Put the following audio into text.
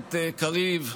הכנסת קריב,